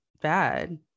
bad